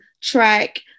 track